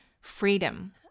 freedom